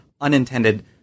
unintended